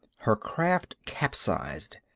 her craft capsized.